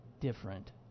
different